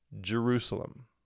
Jerusalem